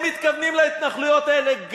הם מתכוונים להתנחלויות האלה,